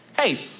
Hey